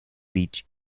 vich